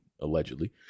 allegedly